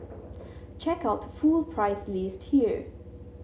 check out full price list here